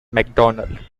macdonald